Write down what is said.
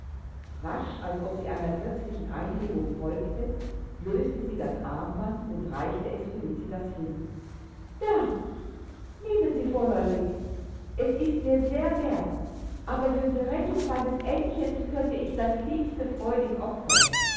rasch als ob sie einer plötzlichen eingebung folgte löste sie das armband und reichte es felicitas hin da nehmen sie vorläufig es ist mir sehr wert aber für die rettung meines aennchens könnte ich das liebste freudig opfern